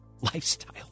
lifestyle